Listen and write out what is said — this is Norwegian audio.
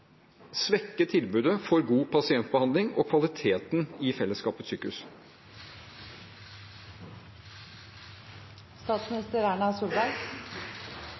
svekke tilbudet for god pasientbehandling og kvaliteten i fellesskapets